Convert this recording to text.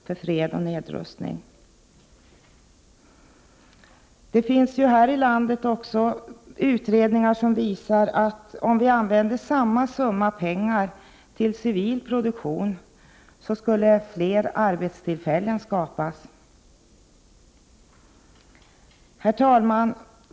Det finns också utredningar här i landet som visar att om samma summa pengar används till civil produktion skulle det skapa fler arbetstillfällen. Herr talman!